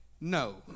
No